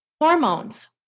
hormones